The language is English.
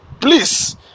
please